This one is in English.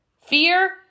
fear